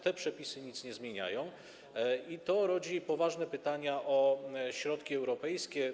Te przepisy nic nie zmieniają i to rodzi poważne pytania o środki europejskie.